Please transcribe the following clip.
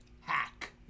Hack